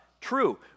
true